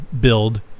build